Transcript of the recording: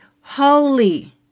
holy